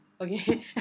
Okay